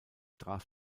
traf